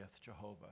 jehovah